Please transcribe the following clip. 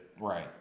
right